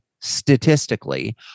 statistically